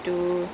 mm